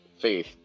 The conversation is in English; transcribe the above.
Faith